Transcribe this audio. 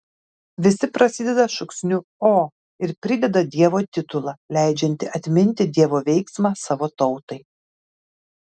visi prasideda šūksniu o ir prideda dievo titulą leidžiantį atminti dievo veiksmą savo tautai